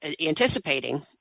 anticipating